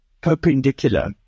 perpendicular